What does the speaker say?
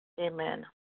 Amen